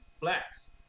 blacks